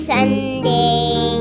Sunday